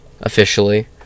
officially